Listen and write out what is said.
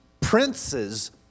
princes